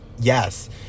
yes